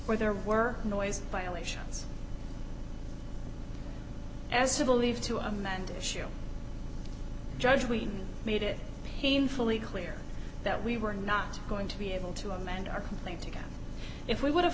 where there were noise violations as to believe to amanda show judge we made it painfully clear that we were not going to be able to amend our complaint again if we would have